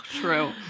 true